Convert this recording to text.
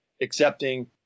accepting